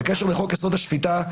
בקשר לחוק-יסוד: השפיטה,